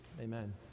Amen